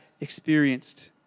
experienced